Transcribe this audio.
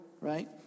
right